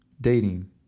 dating